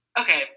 okay